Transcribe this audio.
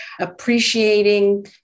appreciating